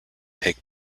take